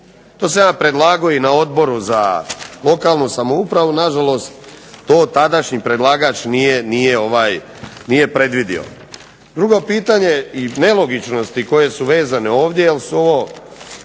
To sam ja predlagao i na Odboru za lokalnu samoupravu nažalost to tadašnji predlagač nije predvidio. Drugo pitanje i nelogičnosti koje su vezane ovdje jel su ovo